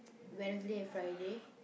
Wednesday and Friday